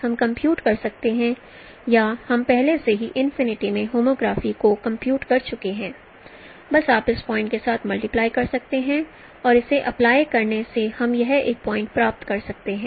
हम कंप्यूट कर सकते हैं या हम पहले से ही इनफिनिटी में होमोग्राफी को कंप्यूट कर चुके हैं बस आप इस पॉइंट के साथ मल्टीप्लाई कर सकते हैं और इसे अप्लाई करने से हम यह एक पॉइंट प्राप्त कर सकते हैं